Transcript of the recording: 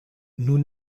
nous